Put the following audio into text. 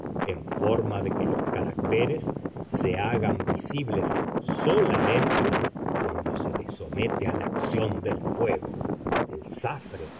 en forma de que los caracteres se hagan visibles solamente cuando se les somete a la acción del fuego el zafre